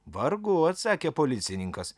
vargu atsakė policininkas